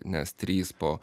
nes trys po